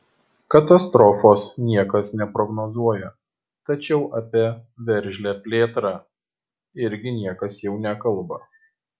katastrofos niekas neprognozuoja tačiau apie veržlią plėtrą irgi niekas jau nekalba